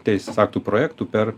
teisės aktų projektų per